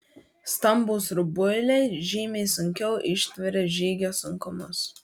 stambūs rubuiliai žymiai sunkiau ištveria žygio sunkumus